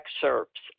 excerpts